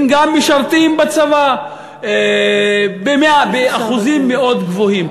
הם גם משרתים בצבא באחוזים מאוד גבוהים.